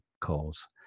calls